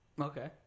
Okay